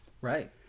right